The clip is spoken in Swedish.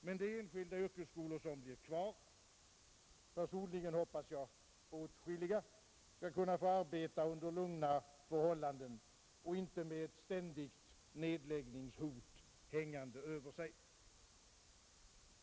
Men de enskilda yrkesskolor, som blir kvar — personligen hoppas jag åtskilliga —, skall kunna få arbeta under lugna förhållanden och inte med ett ständigt nedläggningshot hängande över sig.